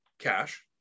cash